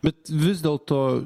bet vis dėlto